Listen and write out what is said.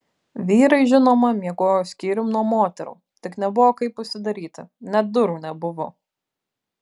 vyrai žinoma miegojo skyrium nuo moterų tik nebuvo kaip užsidaryti net durų nebuvo